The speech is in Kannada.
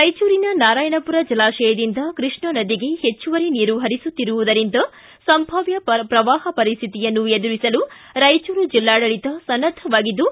ರಾಯಚೂರಿನ ನಾರಾಯಣಪುರ ಜಲಾಶಯದಿಂದ ಕೃಷ್ಣಾ ನದಿಗೆ ಹೆಚ್ಚುವರಿ ನೀರು ಹರಿಸುತ್ತಿರುವುದರಿಂದ ಸಂಭಾವ್ಯ ಶ್ರವಾಹ ಪರಿಸ್ತಿತಿಯನ್ನು ಎದುರಿಸಲು ರಾಯಚೂರು ಜಿಲ್ಲಾಡಳಿತ ಸನ್ನದ್ದವಾಗಿದ್ದು